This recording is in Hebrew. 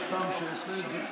יש טעם שאני אעשה את זה?